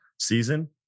season